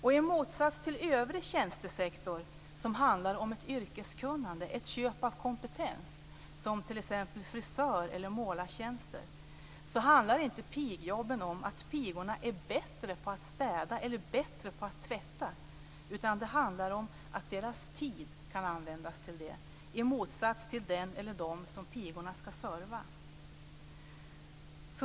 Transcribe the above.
I motsats till övrig tjänstesektor som handlar om ett yrkeskunnande, ett köp av kompetens - såsom t.ex. frisör eller målartjänster - handlar inte pigjobben om att pigorna är bättre på att städa eller tvätta, utan det handlar om att deras tid kan användas till detta i motsats till den eller dem som pigorna skall serva.